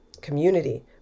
community